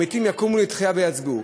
המתים יקומו לתחייה ויצביעו.